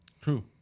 True